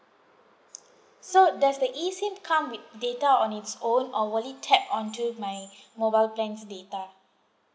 so does the E SIM come with data on its own or will it tap on to my mobile plan's data